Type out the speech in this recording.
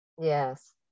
Yes